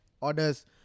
orders